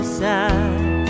side